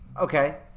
okay